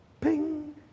ping